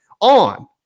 on